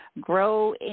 grow